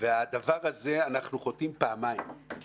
ובדבר הזה אנחנו חוטאים פעמיים כי